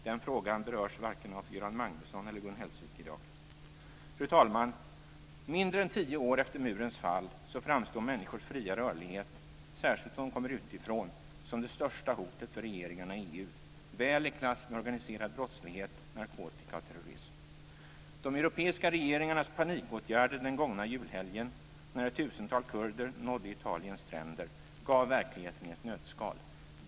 Den frågan berörs varken av Göran Magnusson eller Gun Hellsvik i dag. Fru talman! Mindre än tio år efter murens fall framstår människors fria rörlighet, särskilt om de kommer utifrån, som det största hotet för regeringarna i EU, väl i klass med organiserad brottslighet, narkotika och terrorism. De europeiska regeringarnas panikåtgärder den gångna julhelgen när ett tusental kurder nådde Italiens stränder, gav verkligheten i ett nötskal.